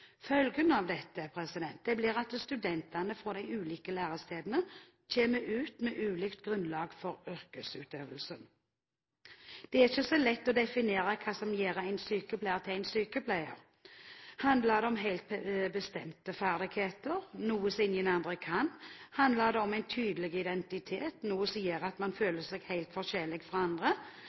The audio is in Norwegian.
Følgen av dette blir at studentene fra de ulike lærestedene kommer ut med ulikt grunnlag for yrkesutøvelsen. Det er ikke så lett å definere hva som gjør en sykepleier til en sykepleier. Handler det om helt bestemte ferdigheter, noe som ingen andre kan? Handler det om en tydelig identitet, noe som gjør at man føler seg helt forskjellig fra andre?